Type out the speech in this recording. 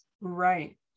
right